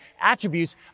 attributes